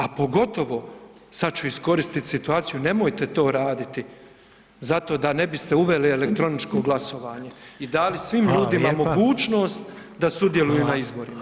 A pogotovo, sad ću iskoristiti situaciju nemojte to raditi zato da ne biste uveli elektroničko glasovanje i dali svim ljudima mogućnost [[Upadica: Hvala lijepa.]] da sudjeluju na izborima.